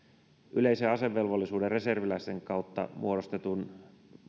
yleisen asevelvollisuuden reserviläisten kautta